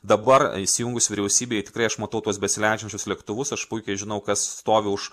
dabar įsijungus vyriausybei tikrai aš matau tuos besileidžiančius lėktuvus aš puikiai žinau kas stovi už